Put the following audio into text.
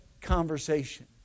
conversation